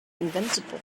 invincible